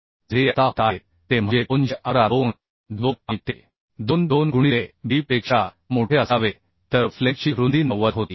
6 जे आता होत आहेत ते म्हणजे 211 2 आणि ते 2 गुणिले B पेक्षा मोठे असावे तर फ्लेंजची रुंदी 90 होती